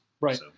Right